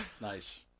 Nice